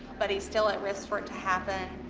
but he's still at risk for it to happen.